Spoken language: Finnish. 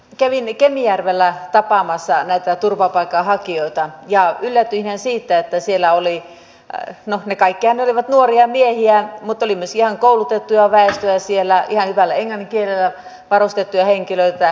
kävin kemijärvellä tapaamassa näitä turvapaikanhakijoita ja yllätyin siitä että siellä no kaikkihan olivat nuoria miehiä mutta oli myös ihan koulutettua väestöä siellä ihan hyvällä englannin kielellä varustettuja henkilöitä